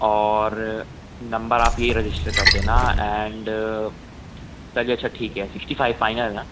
और नंबर आप ये रजिस्टर कर देना एंड चलिए अच्छा ठीक है सिक्सटी फ़ाइव फ़ाइनल ना